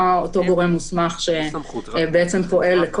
אותו גורם מוסמך שפועל כל